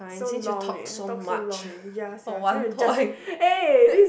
so long eh talk so long eh ya sia trying to justi~ eh this